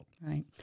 Right